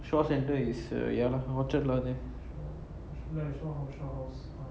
shaw centre is err ya lah orchard lah there